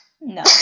No